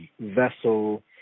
vessel